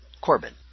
Corbin